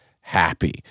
happy